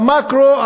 במקרו,